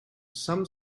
some